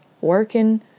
working